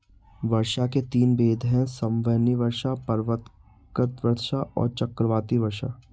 वर्षा के तीन भेद हैं संवहनीय वर्षा, पर्वतकृत वर्षा और चक्रवाती वर्षा